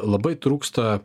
labai trūksta